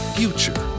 future